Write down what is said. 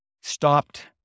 stopped